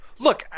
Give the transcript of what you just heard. Look